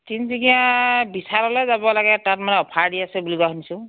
তিনিচুকীয়াৰ বিশাললৈ যাব লাগে তাত মানে অফাৰ দি আছে বুলি কোৱা শুনিছোঁ